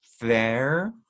fair